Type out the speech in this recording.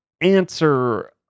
answer